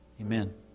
Amen